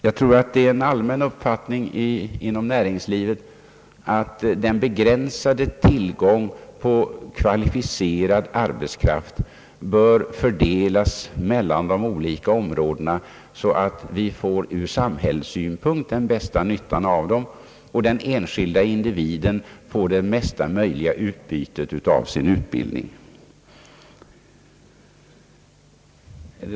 Jag tror att det är en allmän uppfattning inom näringslivet, att den begränsade tillgången på kvalificerad arbetskraft bör fördelas mellan de olika områdena så att vi får den ur samhällets synvinkel bästa nyttan av arbetskraften och så att den enskilde individen får det bästa möjliga utbytet av sin utbildning.